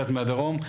קצת מהדרום.